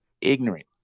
ignorant